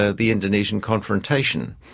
ah the indonesian confrontation.